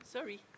Sorry